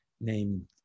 named